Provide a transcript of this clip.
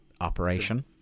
operation